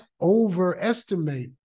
overestimate